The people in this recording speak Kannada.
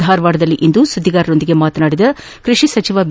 ಧಾರವಾಡದಲ್ಲಿಂದು ಸುದ್ಗಿಗಾರರೊಂದಿಗೆ ಮಾತನಾಡಿದ ಕೃಷಿ ಮಂತ್ರಿ ಬಿ